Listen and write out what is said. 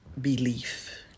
belief